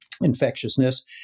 infectiousness